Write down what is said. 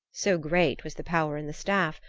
so great was the power in the staff,